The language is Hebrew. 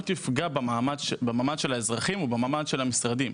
שכנראה שהיא לא תפגע במעמד המשרדים או במעמד האזרחים,